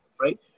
Right